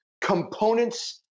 components